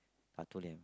I told them